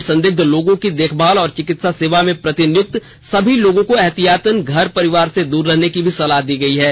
Covid संदिग्ध लोगों की देखभाल और चिकित्सा सेवा में प्रतिनियुक्त सभी लोगों को ऐहतियातन घर परिवार से दूर रहने की सलाह दी गई